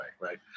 right